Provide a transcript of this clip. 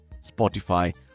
Spotify